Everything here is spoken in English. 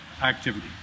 activity